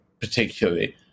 particularly